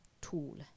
tool